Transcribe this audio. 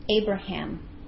Abraham